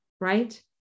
right